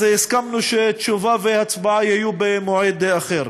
אז הסכמנו שתשובה והצבעה יהיו במועד אחר.